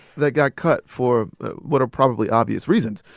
that got cut for what are probably obvious reasons